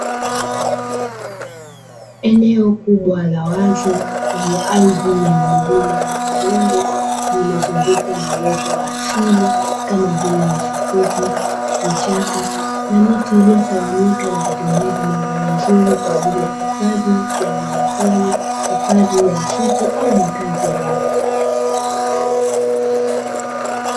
Eneo kubwa la wazi ardhi lenye milima na mabonde limezungukwa na uoto wa asili kama vile nyasi fupi, vichaka, na miti iliyotawanyika, na kutengeneza mandhari nzuri kwa ajili ya hifadhi ya wanyama pori, hifadhi ya msitu, au makazi ya watu.